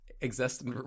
exist